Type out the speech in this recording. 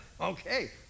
okay